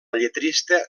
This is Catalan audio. lletrista